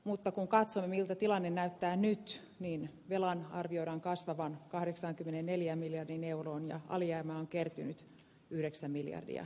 mutta kun katsoo miltä tilanne näyttää nyt niin velan arvioidaan kasvavan kahdeksankymmenenneljän miljardiin euroon ja alijäämä on kertynyt yhdeksän miljardia